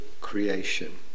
creation